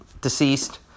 deceased